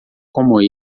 como